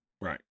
Right